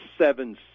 seven